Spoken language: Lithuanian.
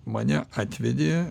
mane atvedė